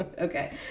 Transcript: Okay